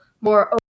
more